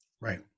Right